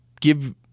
give